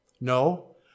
No